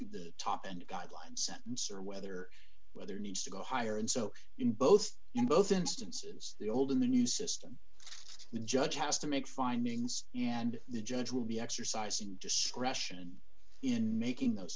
the top and guideline sentence or whether weather needs to go higher and so in both in both instances the old in the new system the judge has to make findings and the judge will be exercising discretion in making those